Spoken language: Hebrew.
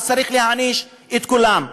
צריך להעניש את כולם.